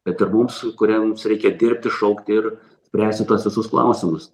bet ir mums kuriems reikia dirbti šaukti ir spręsti tuos visus klausimus